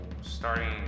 Starting